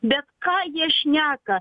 bet ką jie šneka